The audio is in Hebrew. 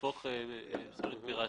לשפוך פסולת פיראטית.